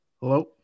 Hello